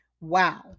Wow